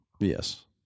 Yes